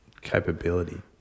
capability